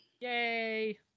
Yay